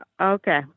Okay